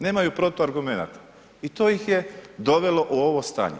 Nemaju protuargumenata i to ih je dovelo u ovo stanje.